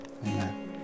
Amen